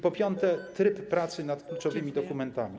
Po piąte, tryb pracy nad kluczowymi dokumentami.